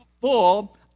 full